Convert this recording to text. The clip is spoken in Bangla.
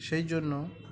সেই জন্য